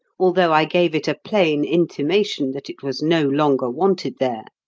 although i gave it a plain intimation that it was no longer wanted there.